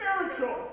spiritual